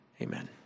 Amen